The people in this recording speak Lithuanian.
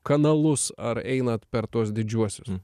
kanalus ar einat per tuos didžiuosius